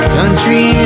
country